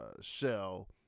shell